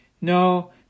No